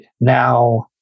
Now